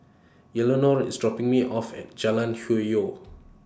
IS dropping Me off At Jalan Hwi Yoh